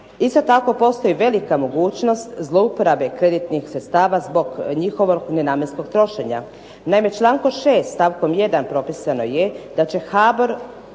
isto tako postoji velika mogućnost zlouporabe kreditnih sredstava zbog njihovog nenamjenskog trošenja. Naime, člankom 6. stavkom 1. propisano je da će HBOR